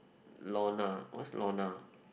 Lorna what's Lorna